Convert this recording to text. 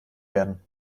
werden